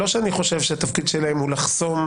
לא שאני חושב שהתפקיד שלהם הוא לחסום,